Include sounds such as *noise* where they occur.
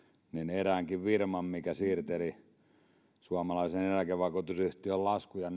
eräällekin firmalle mikä siirteli suomalaisen eläkevakuutusyhtiön laskuja *unintelligible*